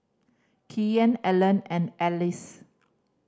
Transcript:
Kyan Allan and Alcee